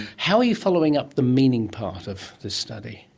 how are you following up the meaning part of this study?